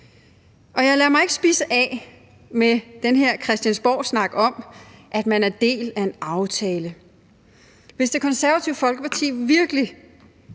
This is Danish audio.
Jeg lader mig ikke spise af med den her Christiansborgsnak om, at man er en del af en aftale. Hvis Det Konservative Folkeparti virkelig